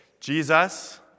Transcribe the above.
Jesus